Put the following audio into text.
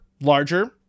larger